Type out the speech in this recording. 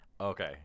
okay